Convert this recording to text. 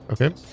okay